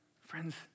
Friends